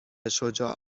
شجاع